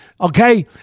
okay